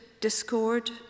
discord